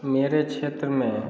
मेरे क्षेत्र में